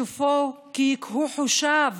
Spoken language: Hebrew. סופו כי יקהו חושיו